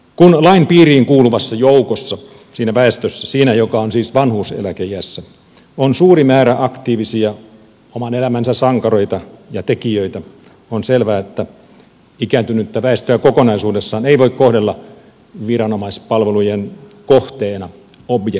kun lain piiriin kuuluvassa joukossa siinä väestössä siinä joka on siis vanhuuseläkeiässä on suuri määrä aktiivisia oman elämänsä sankareita ja tekijöitä on selvää että ikääntynyttä väestöä kokonaisuudessaan ei voi kohdella viranomaispalvelujen kohteina objekteina